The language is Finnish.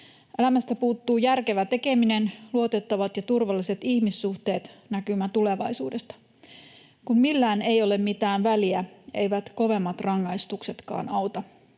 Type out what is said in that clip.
Elämästä puuttuu järkevä tekeminen, luotettavat ja turvalliset ihmissuhteet ja näkymä tulevaisuudesta. Kun millään ei ole mitään väliä, eivät kovemmat rangaistuksetkaan auta.